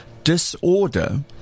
Disorder